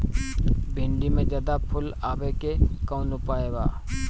भिन्डी में ज्यादा फुल आवे के कौन उपाय बा?